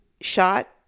shot